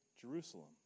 Jerusalem